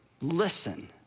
listen